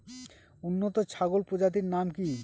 উন্নত ছাগল প্রজাতির নাম কি কি?